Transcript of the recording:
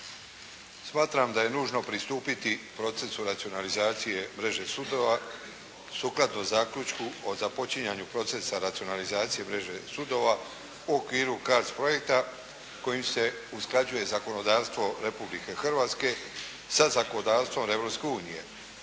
Smatram da je nužno pristupiti procesu racionalizacije mreže sudova sukladno zaključku o započinjanju procesa racionalizacije mreže sudova u okviru CARDS projekta kojim se usklađuje zakonodavstvo Republike Hrvatske sa zakonodavstvom Europske unije,